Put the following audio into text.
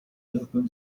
liverpool